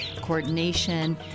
coordination